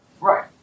Right